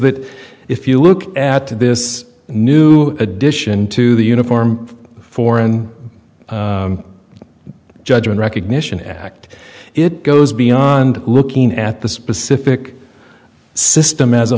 that if you look at this new addition to the uniform foreign judgment recognition act it goes beyond looking at the specific system as a